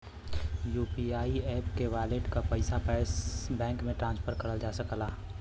UPI app के wallet क पइसा बैंक में ट्रांसफर करल जा सकला